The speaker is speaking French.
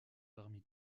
parmi